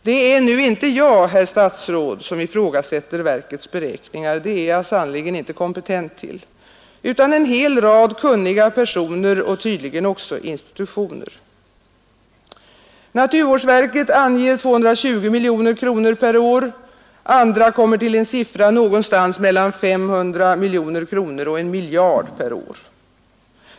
Det är nu inte jag, herr statsråd, som ifrågasätter verkets beräkningar — det är jag sannerligen inte kompetent till — utan en hel rad kunniga personer och tydligen också institutioner. Naturvårdsverket anger 220 miljoner kronor per år — andra kommer till en siffra någonstans mellan 500 miljoner kronor och 1 miljard per år.